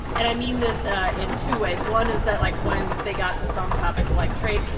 and i mean this in two ways. one is that, like, when they got to some topics like trade,